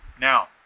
Now